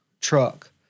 truck